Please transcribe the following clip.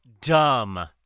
dumb